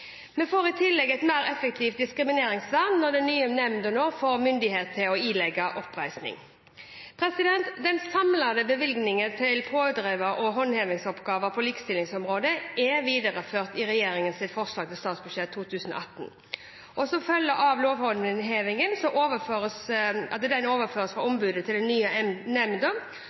Vi får i tillegg et mer effektivt diskrimineringsvern når den nye nemnda nå får myndighet til å ilegge oppreisning. Den samlede bevilgningen til pådriver- og håndhevingsoppgaver på likestillingsområdet er videreført i regjeringens forslag til statsbudsjett for 2018. Som følge av at lovhåndhevingen overføres fra ombudet til den nye